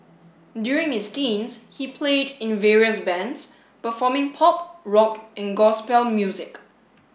during his teens he played in various bands performing pop rock and gospel music